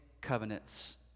covenants